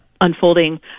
unfolding